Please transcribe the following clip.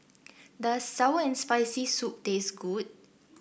does sour and Spicy Soup taste good